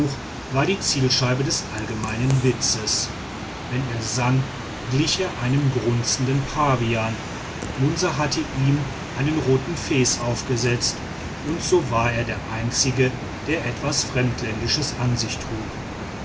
war die zielscheibe des allgemeinen witzes wenn er sang glich er einem grunzenden pavian munsa hatte ihm einen roten fes aufgesetzt und so war er der einzige der etwas fremdländisches an sich trug